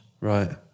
Right